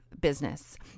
business